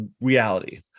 reality